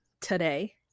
today